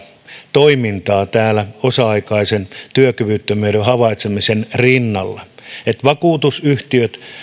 toimintaa täällä osa aikaisen työkyvyttömyyden havaitsemisen rinnalla että vakuutusyhtiöt